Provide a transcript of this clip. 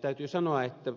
täytyy sanoa että